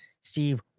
Steve